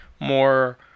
more